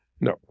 No